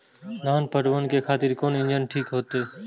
धान पटवन के खातिर कोन इंजन ठीक होते?